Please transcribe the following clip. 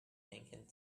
thinking